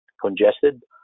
congested